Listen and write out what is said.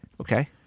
Okay